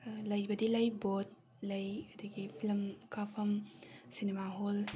ꯂꯩꯕꯗꯤ ꯂꯩ ꯕꯣꯠ ꯂꯩ ꯑꯗꯒꯤ ꯐꯤꯂꯝ ꯀꯥꯞꯐꯝ ꯁꯤꯅꯤꯃꯥ ꯍꯣꯜ